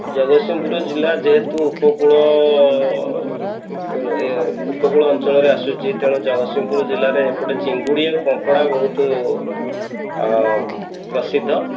ଜଗତସିଂହପୁର ଜିଲ୍ଲା ଯେହେତୁ ଉପକୂଳ ଉପକୂଳ ଅଞ୍ଚଳରେ ଆସୁଛି ତେଣୁ ଜଗତସିଂହପୁର ଜିଲ୍ଲାରେ ଏପଟେ ଚିଙ୍ଗୁଡ଼ି ଆଉ କଙ୍କଡ଼ା ବହୁତ ପ୍ରସିଦ୍ଧ